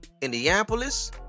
Indianapolis